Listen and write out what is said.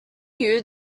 you